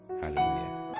Hallelujah